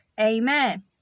Amen